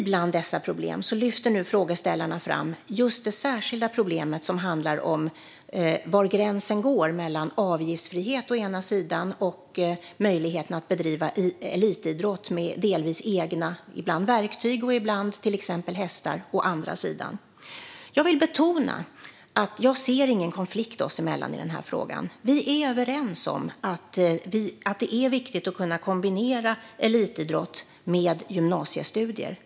Bland dessa problem lyfter frågeställarna fram det särskilda problem som handlar om var gränsen går mellan å ena sidan avgiftsfrihet och å andra sidan möjligheten att bedriva elitidrott med delvis egna verktyg eller hästar. Jag vill betona att jag inte ser någon konflikt oss emellan i denna fråga. Vi är överens om att det är viktigt att kunna kombinera elitidrott med gymnasiestudier.